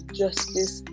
justice